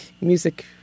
music